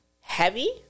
heavy